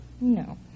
No